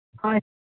হয়